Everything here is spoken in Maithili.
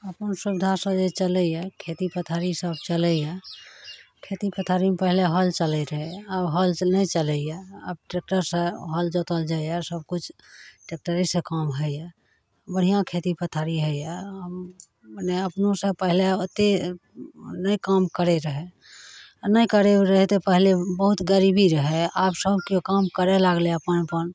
अपन सुविधासे जे चलैए खेती पथारीसब चलैए खेती पथारीमे पहिले हर चलै रहै आब हर तऽ नहि चलैए आब ट्रैक्टरसे हल जोतल जाइए सबकिछु ट्रैक्टरेसे काम होइए बढ़िआँ खेती पथारी होइए आब हँ मने अपनोसे पहिले ओतेक नहि काम करै रहै आओर नहि करै रहै तऽ पहिले बहुत गरीबी रहै आब सब केओ काम करै लागलै अपन अपन